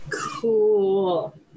Cool